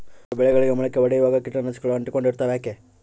ಕೆಲವು ಬೆಳೆಗಳಿಗೆ ಮೊಳಕೆ ಒಡಿಯುವಾಗ ಕೇಟನಾಶಕಗಳು ಅಂಟಿಕೊಂಡು ಇರ್ತವ ಯಾಕೆ?